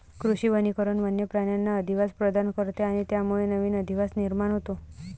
कृषी वनीकरण वन्य प्राण्यांना अधिवास प्रदान करते आणि त्यामुळे नवीन अधिवास निर्माण होतो